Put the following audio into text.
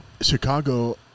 Chicago